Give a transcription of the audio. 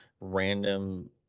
random